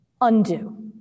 undo